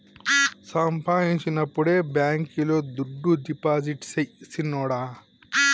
సంపాయించినప్పుడే బాంకీలో దుడ్డు డిపాజిట్టు సెయ్ సిన్నోడా